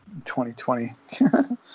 2020